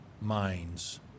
minds